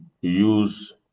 use